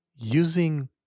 Using